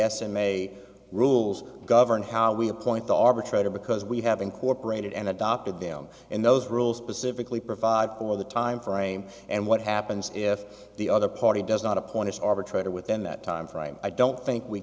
yes and may rules govern how we appoint the arbitrator because we have incorporated and adopted them and those rules specifically provide for the time frame and what happens if the other party does not appoint arbitrator within that time frame i don't think we